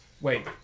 wait